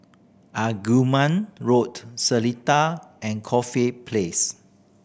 Arumugam Road Seletar and Corfe Place